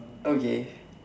okay